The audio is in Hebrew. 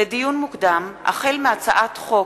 לדיון מוקדם: החל בהצעת חוק